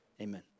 amen